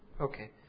Okay